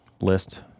list